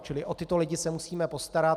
Čili o tyto lidi se musíme postarat.